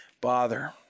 bother